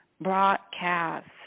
broadcast